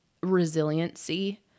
resiliency